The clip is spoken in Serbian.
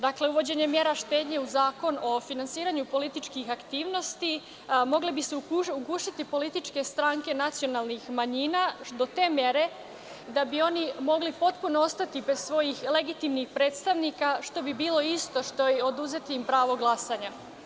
Dakle, uvođenjem mera štednje u Zakon o finansiranju političkih aktivnosti mogle bi se ugušiti političke stranke nacionalnih manjina do te mere da bi oni mogli potpuno ostati bez svojih legitimnih predstavnika, što bi bilo isto što i oduzeti im pravo glasanja.